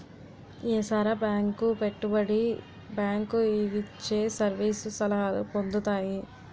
ఏసార bank పెట్టుబడి bank ఇవిచ్చే service సలహాలు పొందుతాయి